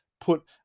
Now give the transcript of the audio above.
put